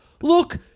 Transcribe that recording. look